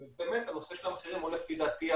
באמת הנושא של המחירים הוא, לפי דעתי,